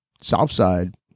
Southside